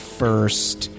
first